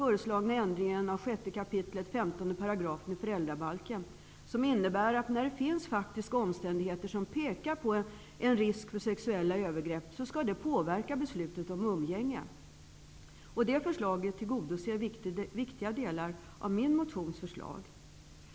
Den innebär att beslutet om umgänge skall påverkas när det finns faktiska omständigheter som pekar på en risk för sexuella övergrepp. Det förslaget tillgodoser viktiga delar av kraven i min motion.